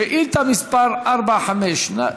שאילתה מס' 452,